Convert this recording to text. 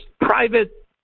private